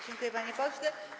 Dziękuję, panie pośle.